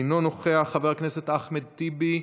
אינו נוכח, חבר הכנסת אחמד טיבי,